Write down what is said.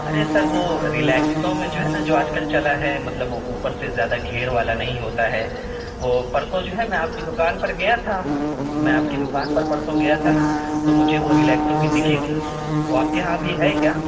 ارے sir وہ Relaxo میں جو ہے نا جو آج کل چلا ہے مطلب وہ اوپر سے زیادہ گھیر والا نہیں ہوتا ہے وہ پرسوں جو ہے نا میں آپ کی دکان پر گیا تھا میں آپ کی دکان پر پرسوں گیا تھا نا تو مجھے وہ ریلیکسو کی دکھی تھیں وہ آپ کے یہاں ابھی ہے کیا